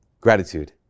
Gratitude